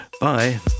Bye